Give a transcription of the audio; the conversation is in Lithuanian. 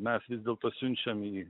mes vis dėlto siunčiam į